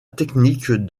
technique